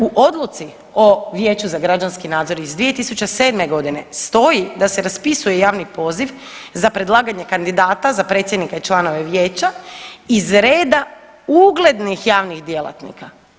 U odluci o Vijeću za građanski nadzor iz 2007. godine stoji da se raspisuje javni poziv za predlaganje kandidata za predsjednika i članove vijeća iz reda uglednih javnih djelatnika.